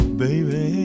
baby